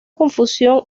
confusión